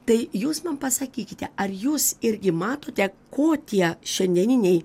tai jūs man pasakykite ar jūs irgi matote ko tie šiandieniniai